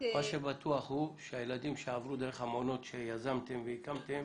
--- מה שבטוח הוא שהילדים שעברו דרך המעונות שיזמתם והקמתם